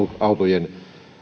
autojen